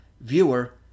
viewer